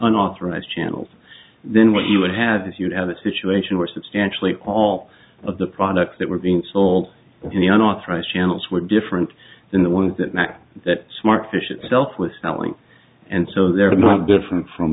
unauthorized channels then what you would have is you'd have a situation where substantially all of the products that were being sold in the unauthorized channels were different than the ones that mac that smart fish itself was selling and so they're not different from